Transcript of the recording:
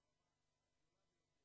לכמה עליבות יש בצד ההוא של הבית,